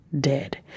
dead